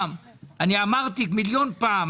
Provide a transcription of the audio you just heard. אמרתי מיליון פעמים,